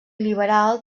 liberal